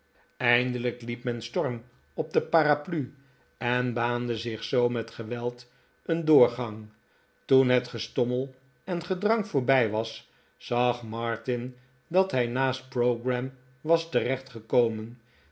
eindelijk liep men storm op de paraplu en baande zich zoo met geweld een doorgang toen het gestommel en gedrang voorbij was zag martin dat hij naast pogram was